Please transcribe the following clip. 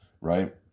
right